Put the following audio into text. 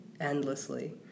endlessly